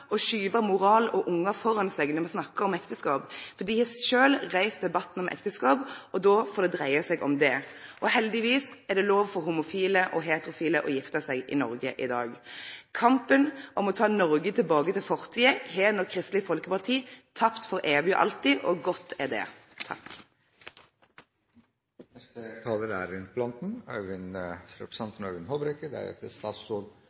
moral og ungar framfor seg når me snakkar om ekteskap. Dei har sjølve reist debatten om ekteskap, og då får det dreie seg om det. Heldigvis er det lov for homofile og heterofile å gifte seg i Noreg i dag. Kampen for å ta Noreg tilbake til fortida har Kristeleg Folkeparti tapt for evig og alltid, og godt er det.